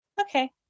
okay